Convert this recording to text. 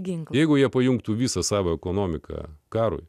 gink jeigu jie pajungtų visą savo ekonomiką karui